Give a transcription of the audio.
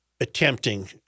attempting